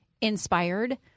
inspired